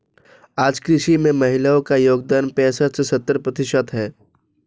आज कृषि में महिलाओ का योगदान पैसठ से सत्तर प्रतिशत है